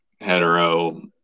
hetero